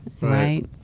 Right